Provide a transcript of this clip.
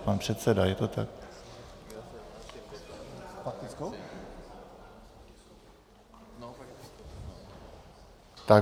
Pan předseda, je to tak?